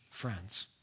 friends